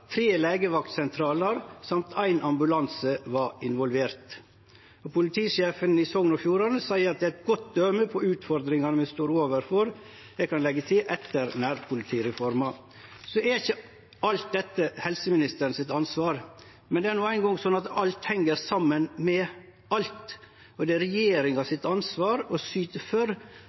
tre ulike politipatruljar, tre legevaktsentralar og ein ambulanse var involvert. Politisjefen i Sogn og Fjordane seier det er eit godt døme på utfordringane vi står overfor, og eg kan leggje til: etter nærpolitireforma. Alt dette er ikkje helseministeren sitt ansvar. Men det er no eingong slik at alt heng saman med alt, og det er regjeringa sitt ansvar å syte for